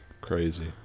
crazy